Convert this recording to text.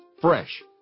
Fresh